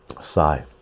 Sigh